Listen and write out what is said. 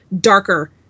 darker